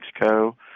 Mexico